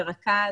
ורכז,